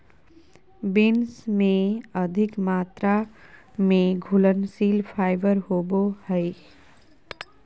beans में अधिक मात्रा में घुलनशील फाइबर होवो हइ